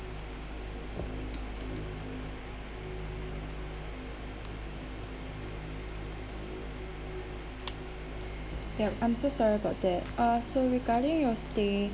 yup I'm so sorry about that uh so regarding your stay